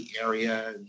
area